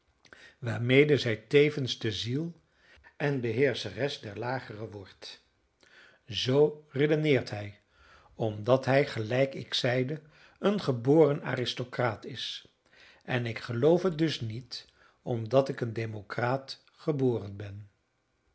waarmede zij tevens de ziel en beheerscheres der lagere wordt zoo redeneert hij omdat hij gelijk ik zeide een geboren aristocraat is en ik geloof het dus niet omdat ik een democraat geboren ben